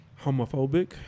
homophobic